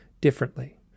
differently